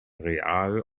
real